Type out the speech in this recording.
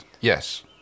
Yes